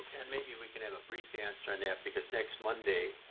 and maybe we can have a brief answer nancy this next monday.